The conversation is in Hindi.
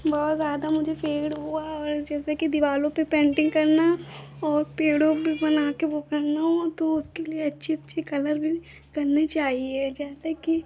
बहुत ज़्यादा मुझे फील हुआ और जैसे कि दीवारों पर पेन्टिन्ग करना और पेड़ों पर बनाकर वह करना तो उसके लिए अच्छे अच्छे कलर भी करने चाहिए जैसे कि